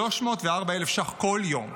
304,000 ש"ח בכל יום.